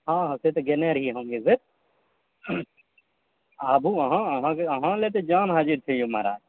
हँ हँ से तऽ गेलय रहियै हम एक बेर आबू अहाँ अहाँ अहाँ लयतऽ जान हाजिर छै यौ महराज